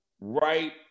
right